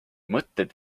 mõtted